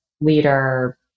leader